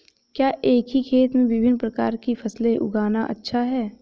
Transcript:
क्या एक ही खेत में विभिन्न प्रकार की फसलें उगाना अच्छा है?